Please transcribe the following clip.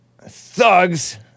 thugs